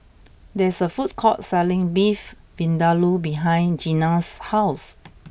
there is a food court selling Beef Vindaloo behind Gena's house